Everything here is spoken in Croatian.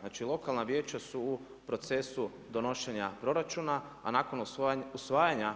Znači lokalna vijeća su u procesu donošenje proračuna, a nakon usvajanja